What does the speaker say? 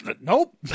Nope